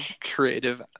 creative